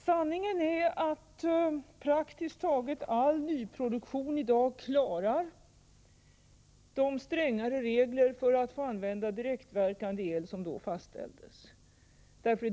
Sanningen är att praktiskt taget all nyproduktion i dag klarar de strängare regler för att få använda direktverkande el som då fastställdes.